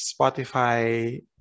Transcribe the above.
Spotify